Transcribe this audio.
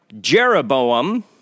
Jeroboam